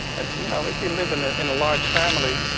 and you know, if you live in ah in a large family,